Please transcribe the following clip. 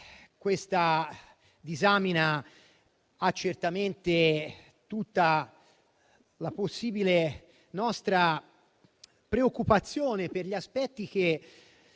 questa disamina ha certamente tutta la possibile nostra preoccupazione per gli aspetti che